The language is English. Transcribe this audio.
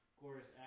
glorious